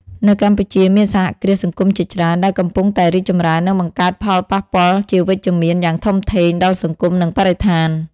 នៅកម្ពុជា មានសហគ្រាសសង្គមជាច្រើនដែលកំពុងតែរីកចម្រើន និងបង្កើតផលប៉ះពាល់ជាវិជ្ជមានយ៉ាងធំធេងដល់សង្គម និងបរិស្ថាន ។